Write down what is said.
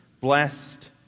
Blessed